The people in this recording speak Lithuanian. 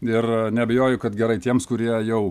ir neabejoju kad gerai tiems kurie jau